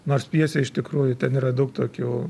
nors pjesė iš tikrųjų ten yra daug tokių